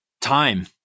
time